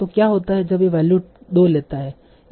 तो क्या होता है जब यह वैल्यू 2 लेता है